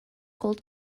gold